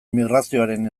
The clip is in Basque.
migrazioaren